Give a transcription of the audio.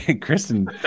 Kristen